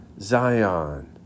Zion